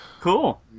Cool